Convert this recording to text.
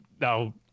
Now